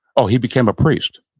oh, he became a priest,